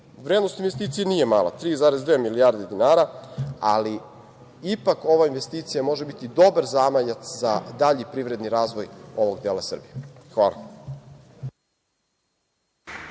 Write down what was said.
putu. Vrednost investicije nije mala – 3,2 milijarde dinara, ali ipak ova investicija može biti dobar zamajac za dalji privredni razvoj ovog dela Srbije. Hvala.